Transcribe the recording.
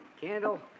Candle